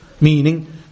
Meaning